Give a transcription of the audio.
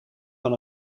van